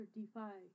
defy